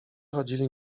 chodzili